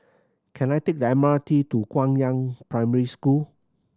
can I take the M R T to Guangyang Primary School